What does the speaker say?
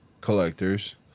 Collectors